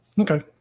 Okay